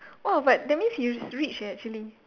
oh but that means he's rich eh actually